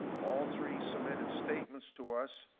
all three submitted statements to us,